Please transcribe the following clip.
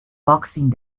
boxing